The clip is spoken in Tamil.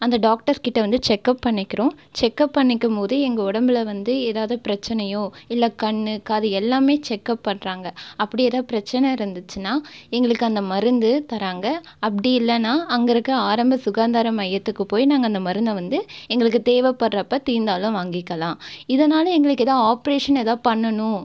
அந்த டாக்டர்ஸ் கிட்டே வந்து செக்கப் பண்ணிக்கிறோம் செக்கப் பண்ணிக்கும்போது எங்கள் உடம்புல வந்து ஏதாவது பிரச்சினையோ இல்லை கண் காது எல்லாமே செக்கப் பண்ணுறாங்க அப்படி எதாவது பிரச்சின இருந்துச்சுனால் எங்களுக்கு அந்த மருந்து தராங்க அப்படி இல்லைனா அங்கே இருக்க ஆரம்ப சுகாதரம் மையத்துக்கு போய் நாங்கள் அந்த மருந்தை வந்து எங்களுக்கு தேவைப்படுறப்ப தீர்ந்தாலும் வாங்கிக்கலாம் இதனால் எங்களுக்கு எதாவது ஆப்ரேஷன் எதாவது பண்ணணும்